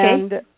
Okay